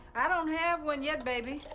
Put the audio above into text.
i don't have one yet, baby,